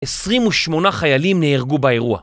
28 חיילים נהרגו באירוע